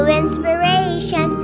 inspiration